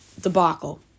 debacle